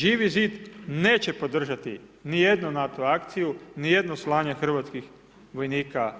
Živi zid neće podržati nijednu NATO akciju, nije slanje hrvatskih vojnika